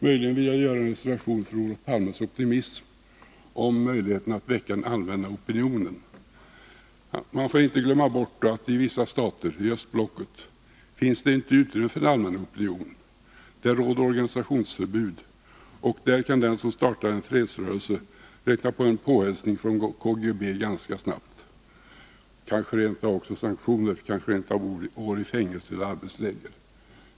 Möjligen vill jag göra en reservation för Olof Palmes optimism om möjligheterna att väcka den allmänna opinionen. Man får inte glömma bort att det i vissa stater i östblocket inte finns utrymme för en allmän opinion. Där råder organisationsförbud, och där kan den som startar en fredsrörelse räkna med en påhälsning från KGB ganska snabbt — kanske rent av sanktioner i form av några år i fängelse eller arbetsläger.